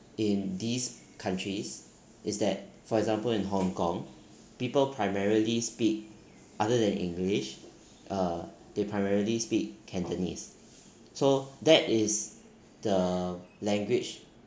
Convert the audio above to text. in these countries is that for example in hong kong people primarily speak other than english uh they primarily speak cantonese so that is the language